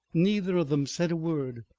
neither of them said a word,